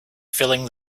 filling